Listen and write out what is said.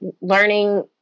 learning